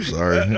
sorry